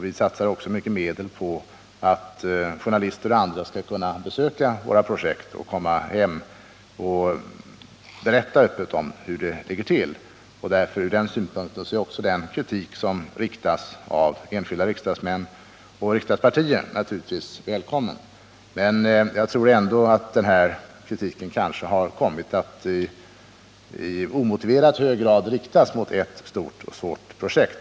Vi satsar också mycket pengar på att journalister och andra skall kunna besöka våra projekt och komma hem och berätta öppet om hur det ligger till. Från den synpunkten är naturligtvis den kritik som framförs av enskilda riksdagsmän och riksdagspartier välkommen. Men jag tror ändå att kritiken i omotiverat hög grad kommit att riktas mot ett stort och svårt projekt.